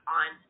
on